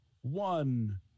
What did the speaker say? one